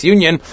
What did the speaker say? Union